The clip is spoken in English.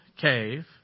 cave